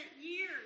years